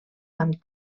amb